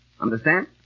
Understand